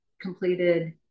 completed